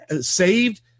saved